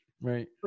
Right